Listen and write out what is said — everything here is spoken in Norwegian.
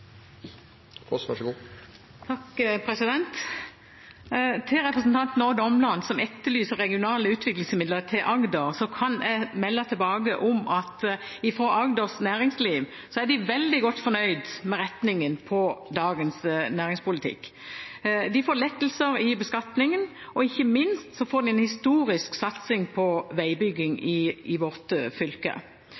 Omland som etterlyser regionale utviklingsmidler til Agder, kan jeg melde tilbake fra Agders næringsliv at de er veldig godt fornøyd med retningen på dagens næringspolitikk. De får lettelser i beskatningen, og ikke minst får de en historisk satsing på veibygging i vårt fylke.